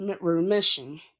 remission